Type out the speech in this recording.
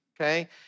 okay